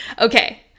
Okay